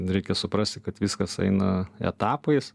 reikia suprasti kad viskas eina etapais